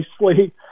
nicely